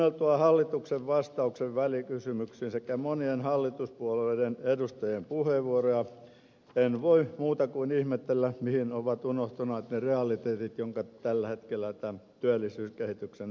kuunneltuani hallituksen vastauksen välikysymykseen sekä monien hallituspuolueiden edustajien puheenvuoroja en voi muuta kuin ihmetellä mihin ovat unohtuneet ne realiteetit jotka tällä hetkellä tämän työllisyyskehityksen osalta vallitsevat